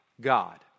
God